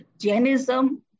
Jainism